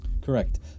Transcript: Correct